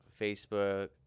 Facebook